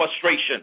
frustration